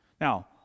Now